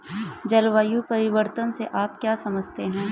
जलवायु परिवर्तन से आप क्या समझते हैं?